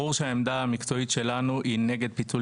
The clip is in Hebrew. ברור שהעמדה המקצועית שלנו היא נגד פיצול